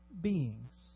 beings